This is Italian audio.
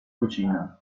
cucina